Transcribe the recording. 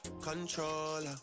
controller